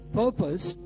purpose